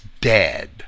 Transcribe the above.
dead